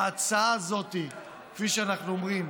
ההצעה הזאת, כפי שאנחנו אומרים,